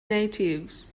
natives